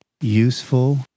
useful